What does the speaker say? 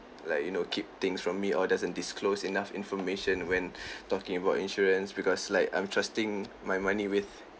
like you know keep things from me or doesn't disclose enough information when talking about insurance because like I'm trusting my money with